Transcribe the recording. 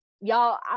Y'all